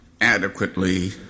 adequately